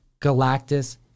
Galactus